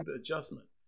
Adjustment